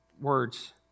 words